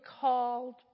called